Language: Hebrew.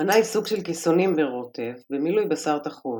המנה היא סוג של כיסונים ברוטב, במילוי בשר טחון.